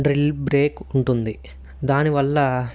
drill break ఉంటుంది దానివల్ల